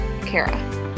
Kara